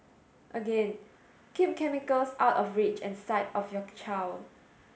again keep chemicals out of reach and sight of your child